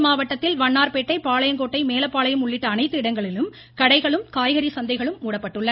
நெல்லை மாவட்டத்தில் வண்ணார்பேட்டை பாளையங்கோட்டை மேலப்பாளையம் உள்ளிட்ட அனைத்து இடங்களிலும் கடைகளும் காய்கறி சந்தைகளும் மூடப்பட்டுள்ளன